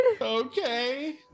Okay